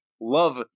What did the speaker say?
love